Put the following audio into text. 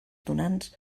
donants